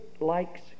likes